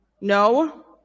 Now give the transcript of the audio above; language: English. no